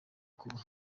kuba